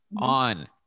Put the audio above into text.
on